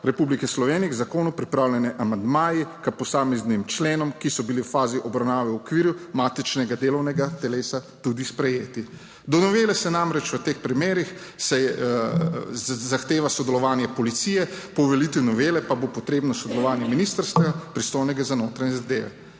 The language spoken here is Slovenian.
Republike Slovenije k zakonu pripravljeni amandmaji k posameznim členom, ki so bili v fazi obravnave v okviru matičnega delovnega telesa tudi sprejeti. Do novele se namreč v teh primerih se zahteva sodelovanje policije. Po uveljavitvi novele pa bo potrebno sodelovanje ministrstva pristojnega za notranje zadeve.